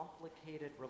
complicated